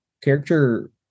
character